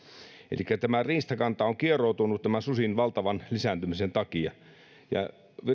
elikkä riistakanta on kieroutunut susien valtavan lisääntymisen takia ja